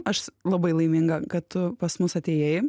aš labai laiminga kad tu pas mus atėjai